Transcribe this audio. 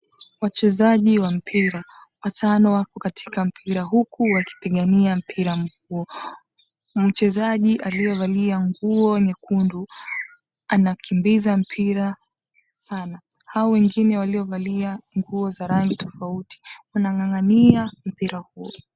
Wachezaji wa mpira watano wako katika mpira huku wakipigania mpira huo, mchezaji aliyevalia nguo nyekundu anakimbiza mpira sana hao wengine waliovalia nguo za rangi tofauti wanang'ang'ania mpira huo.